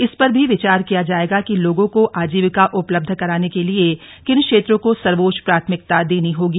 इस पर भी विचार किया जाएगा कि लोगों को आजीविका उपलब्ध कराने के लिए किन क्षेत्रों को सर्वोच्च प्राथमिकता देनी होगी